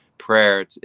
prayer